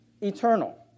eternal